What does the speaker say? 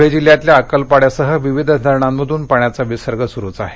धळे जिल्ह्यातल्या अक्कलपाड्यासह विविध धरणांमधून विसर्ग सुरूच आहे